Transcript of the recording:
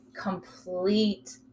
complete